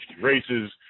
races